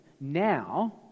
now